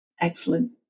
Excellent